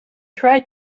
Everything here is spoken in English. tried